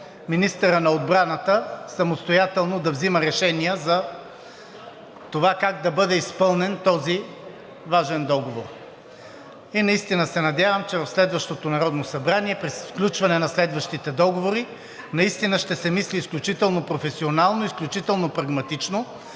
министърът на отбраната самостоятелно да взима решения за това как да бъде изпълнен този важен договор. И наистина се надявам, че в следващото Народното събрание при сключване на следващите договори наистина ще се мисли изключително професионално, изключително прагматично,